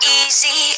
easy